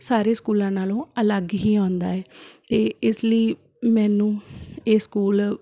ਸਾਰੇ ਸਕੂਲਾਂ ਨਾਲੋਂ ਅਲੱਗ ਹੀ ਆਉਂਦਾ ਹੈ ਅਤੇ ਇਸ ਲਈ ਮੈਨੂੰ ਇਹ ਸਕੂਲ